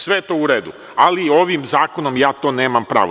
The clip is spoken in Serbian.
Sve je to u redu, ali ovim zakonom ja to nema pravo.